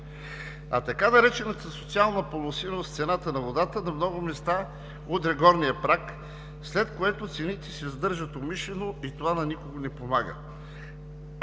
А така наречената социална поносимост в цената на водата на много места удря горния праг, след което цените се задържат умишлено и това на никого не помага.